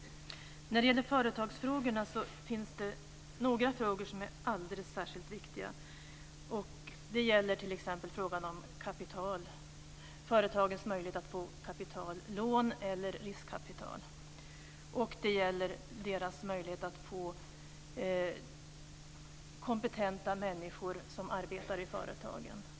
När det gäller företagsfrågorna finns det några frågor som är alldeles särskilt viktiga. Det gäller t.ex. frågan om kapital, dvs. företagens möjligheter att få lån eller riskkapital. Det gäller också deras möjlighet att få kompetenta människor som arbetar i företagen.